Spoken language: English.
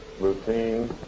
routine